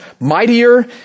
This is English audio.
mightier